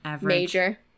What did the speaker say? major